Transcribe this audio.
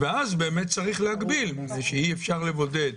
ואז באמת צריך להגביל מפני שאי אפשר לבודד.